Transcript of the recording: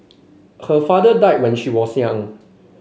her father died when she was young